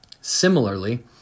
Similarly